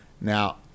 Now